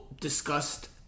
discussed